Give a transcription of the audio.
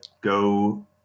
go